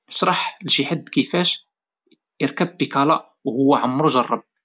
اشرح لشي حد كيفاش يركب بيكالا وهو عمرو ركب.